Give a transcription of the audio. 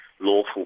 lawful